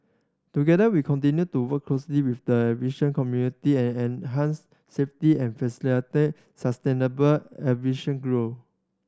together we continue to work closely with the aviation community and enhance safety and facilitate sustainable aviation grow